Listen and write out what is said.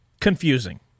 confusing